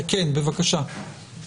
בבקשה.